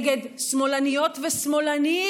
נגד שמאלניות ושמאלנים,